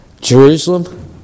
Jerusalem